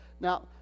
Now